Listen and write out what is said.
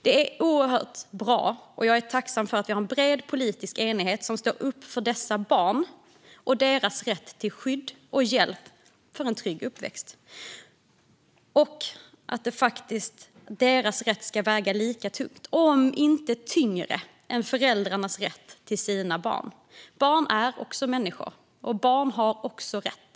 Det är oerhört bra och jag är tacksam för att vi har en bred politisk enighet om att stå upp för dessa barn och deras rätt till skydd och hjälp och en trygg uppväxt. Deras rätt ska väga lika tungt som, om inte tyngre än, föräldrarnas rätt till sina barn. Barn är också människor. Barn har också rätt.